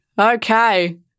okay